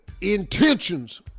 intentions